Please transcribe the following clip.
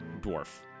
Dwarf